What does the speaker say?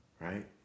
Right